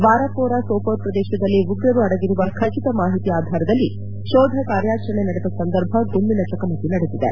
ವಾರಪೋರಾ ಸೋಪೋರ್ ಪ್ರದೇಶದಲ್ಲಿ ಉಗ್ರರು ಅಡಗಿರುವ ಖಚಿತ ಮಾಹಿತಿ ಆಧಾರದಲ್ಲಿ ಶೋಧ ಕಾರ್್ಯಾಚರಣೆ ನಡೆದ ಸಂದರ್ಭ ಗುಂಡಿನ ಚಕಮಕಿ ನಡೆದಿದೆ